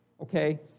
okay